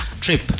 trip